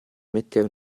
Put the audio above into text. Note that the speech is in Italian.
mettere